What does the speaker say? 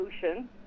solution